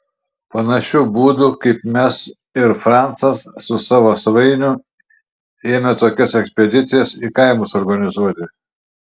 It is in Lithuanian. panašiu būdu kaip mes ir francas su savo svainiu ėmė tokias ekspedicijas į kaimus organizuoti